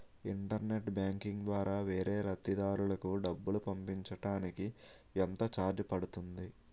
Internet banking ద్వారా వేరే లబ్ధిదారులకు డబ్బులు పంపించటానికి ఎంత ఛార్జ్ పడుతుంది?